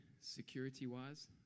security-wise